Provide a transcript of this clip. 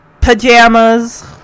pajamas